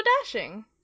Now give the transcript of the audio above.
dashing